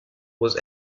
was